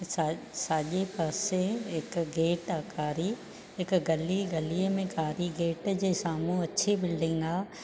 सा साॼे पासे हिकु गेट आहे कारी हिकु गली गलीअ में कारी गेट जे साम्हूं अछी बिल्डिंग आहे